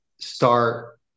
start